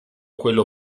quello